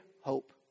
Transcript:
hope